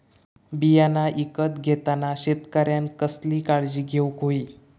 बियाणा ईकत घेताना शेतकऱ्यानं कसली काळजी घेऊक होई?